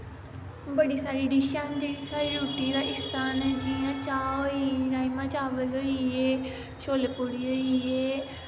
बड़ी सारी डिशां न जेह्ड़ी साढ़ी रूट्टी हा हिस्सा न जियां चाह् होई राजमा चावत होईये शोल्ले पूड़ी होईये